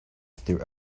through